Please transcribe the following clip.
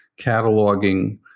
cataloging